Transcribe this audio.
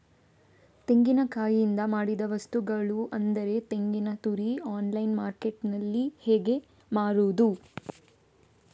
ತೆಂಗಿನಕಾಯಿಯಿಂದ ಮಾಡಿದ ವಸ್ತುಗಳು ಅಂದರೆ ತೆಂಗಿನತುರಿ ಆನ್ಲೈನ್ ಮಾರ್ಕೆಟ್ಟಿನಲ್ಲಿ ಹೇಗೆ ಮಾರುದು?